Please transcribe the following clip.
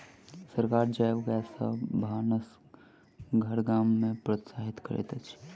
सरकार जैव गैस सॅ भानस घर गाम में प्रोत्साहित करैत अछि